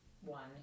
one